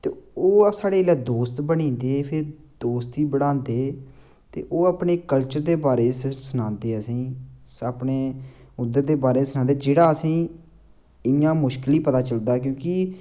ते ओह् साढ़े जेल्लै दोस्त बनी जंदे फिर दोस्ती बढ़ांदे ते ओह् अपने कल्चर दे बारे च सनांदे असेंगी अपने उद्धर दे बारे च सनांदे जेह्ड़ा असेंगी इ यां मुश्कल ही पता चलदा क्योंकि